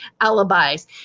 alibis